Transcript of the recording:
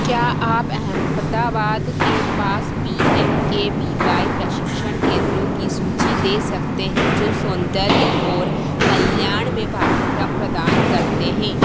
क्या आप अहमदाबाद के पास P M K V Y प्रशिक्षण केन्द्रों की सूची दे सकते हैं जो सोन्दर्य ओर कल्याण में पाठ्यक्रम प्रदान करते हैं